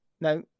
no